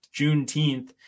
Juneteenth